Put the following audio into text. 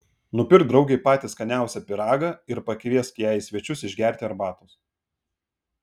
nupirk draugei patį skaniausią pyragą ir pakviesk ją į svečius išgerti arbatos